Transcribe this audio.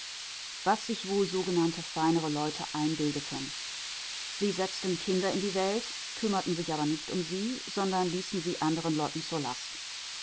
was sich wohl sogenannte feinere leute einbildeten sie setzten kinder in die welt kümmerten sich aber nicht um sie sondern ließen sie anderen leuten zur last